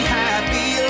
happy